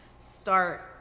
start